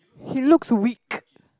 he looks weak